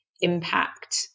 impact